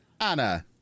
Anna